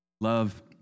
Love